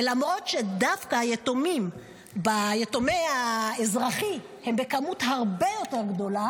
למרות שדווקא יתומי האזרחי הם במספר הרבה יותר גדול,